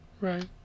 Right